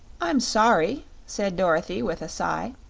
i'm sorry, said dorothy with a sigh,